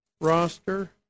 roster